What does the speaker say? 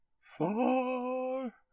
Far